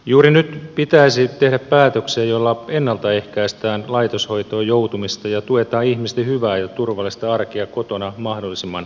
juuri nyt pitäisi tehdä päätöksiä joilla ennalta ehkäistään laitoshoitoon joutumista ja tuetaan ihmisten hyvää ja turvallista arkea kotona mahdollisimman pitkään